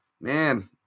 man